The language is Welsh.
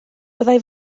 byddai